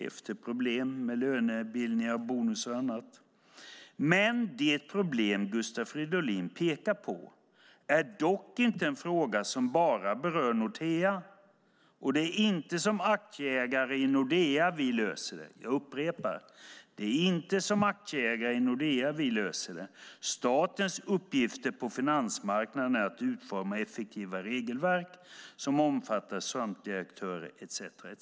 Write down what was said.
Efter problem med lönebildningar, bonus och annat svarar Norman så här: Men det problem Gustav Fridolin pekar på är dock inte en fråga som bara berör Nordea, och det är inte som aktieägare i Nordea vi löser det. Statens uppgifter på finansmarknaden är att utforma effektiva regelverk som omfattar samtliga aktörer etcetera.